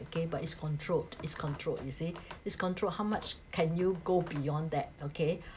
okay but it's controlled it's controlled you see it's controlled how much can you go beyond that okay